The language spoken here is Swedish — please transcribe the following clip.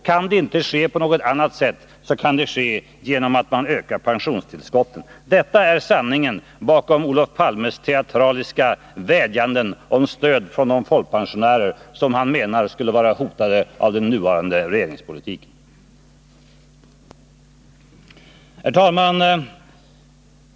Kan det inte ske på något annat sätt, så kan det ske genom att man ökar pensionstillskotten. Detta är sanningen bakom Olof Palmes teatraliska vädjanden om stöd från de folkpensionärer som han menar skulle vara hotade av den nuvarande regeringspolitiken. Herr talman!